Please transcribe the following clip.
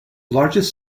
largest